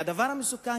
והדבר המסוכן